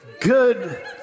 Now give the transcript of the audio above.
good